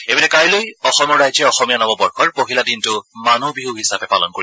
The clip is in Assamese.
ইপিনে কাইলৈ অসমৰ ৰাইজে অসমীয়া নৱবৰ্ষৰ পহিলা দিনটো মানুহ বিহু হিচাপে পালন কৰিব